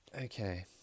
Okay